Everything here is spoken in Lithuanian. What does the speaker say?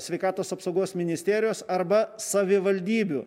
sveikatos apsaugos ministerijos arba savivaldybių